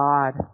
God